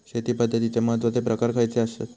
शेती पद्धतीचे महत्वाचे प्रकार खयचे आसत?